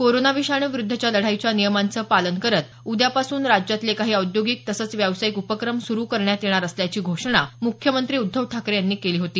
corona विषाणूविरुद्धच्या लढाईच्या नियमांचं पालन करत उद्यापासून राज्यातले काही औद्योगिक तसंच व्यावसायिक उपक्रम सुरू करण्यात येणार असल्याची घोषणा मुख्यमंत्री उद्धव ठाकरे यांनी केली होती